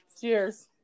Cheers